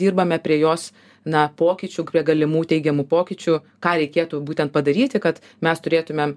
dirbame prie jos na pokyčių galimų teigiamų pokyčių ką reikėtų būten padaryti kad mes turėtumėm